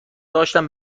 داشتم